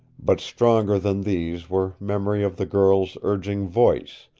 but stronger than these were memory of the girl's urging voice,